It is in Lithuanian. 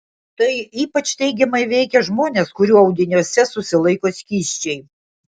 tai ypač teigiamai veikia žmones kurių audiniuose susilaiko skysčiai